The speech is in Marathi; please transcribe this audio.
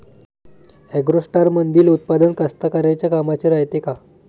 ॲग्रोस्टारमंदील उत्पादन कास्तकाराइच्या कामाचे रायते का?